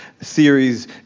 series